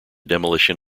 demolition